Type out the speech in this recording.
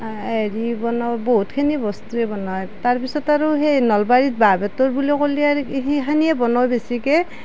হেৰি বনায় বহুতখিনি বস্তুৱে বনায় তাৰ পিছত আৰু সেই নলবাৰীত বাঁহ বেতৰ বুলি ক'লে আৰু সেইখিনিয়ে বনায় বেছিকৈ